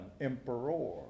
emperor